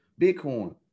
Bitcoin